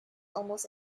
almost